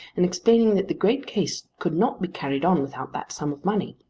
and explaining that the great case could not be carried on without that sum of money.